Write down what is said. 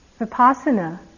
Vipassana